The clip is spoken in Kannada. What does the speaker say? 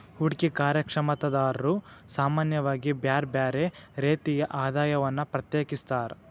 ಹೂಡ್ಕಿ ಕಾರ್ಯಕ್ಷಮತಾದಾರ್ರು ಸಾಮಾನ್ಯವಾಗಿ ಬ್ಯರ್ ಬ್ಯಾರೆ ರೇತಿಯ ಆದಾಯವನ್ನ ಪ್ರತ್ಯೇಕಿಸ್ತಾರ್